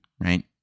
right